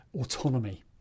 autonomy